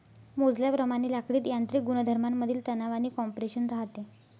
मोजल्याप्रमाणे लाकडीत यांत्रिक गुणधर्मांमधील तणाव आणि कॉम्प्रेशन राहते